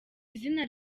izina